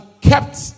kept